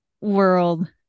world